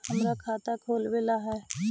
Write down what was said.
हमरा खाता खोलाबे ला है?